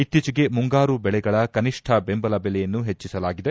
ಇತ್ತೀಚಿಗೆ ಮುಂಗಾರು ಬೆಳೆಗಳ ಕನಿಷ್ಠ ದೆಂಬಲ ದೆಲೆಯನ್ನು ಹೆಟ್ಟಸಲಾಗಿದೆ